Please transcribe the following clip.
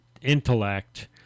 intellect